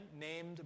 named